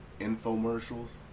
infomercials